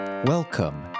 Welcome